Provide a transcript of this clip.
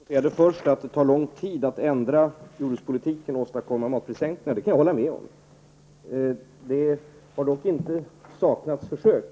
Herr talman! Annika Åhnberg sade att det tar lång tid att ändra jordbrukspolitiken och åstadkomma matprissänkningar, och det kan jag hålla med om. Det har dock inte saknats försök.